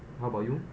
how about you